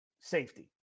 Safety